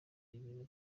n’ibindi